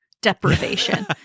deprivation